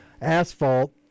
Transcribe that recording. asphalt